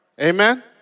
Amen